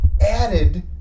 added